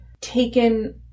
taken